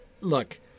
look